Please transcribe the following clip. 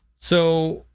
so,